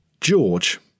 George